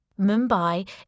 Mumbai